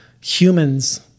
humans